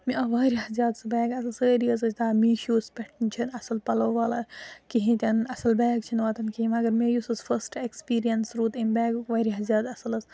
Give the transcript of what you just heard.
مےٚ آو واریاہ زیادٕہ سُہ بیگ اَصٕل سٲری حظ ٲسۍ او میٖشو پٮ۪ٹھ چھِ نہٕ اَصل پَلو وَل کِہیٖنۍ تہِہٕ اَصٕل بیگ چھِنہٕ واتان کِہیٖنۍ مگر مےٚ یُس حظ فسٹ ایٚکٕسپیٖریَنس روٗد امہِ بیگُک واریاہ زیادٕ اَصٕل حَظ